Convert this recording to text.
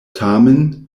tamen